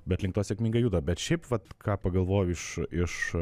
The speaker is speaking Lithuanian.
bet link to sėkmingai juda bet šiaip vat ką pagalvojau iš iš